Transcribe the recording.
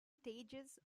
stages